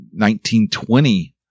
1920